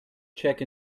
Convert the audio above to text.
check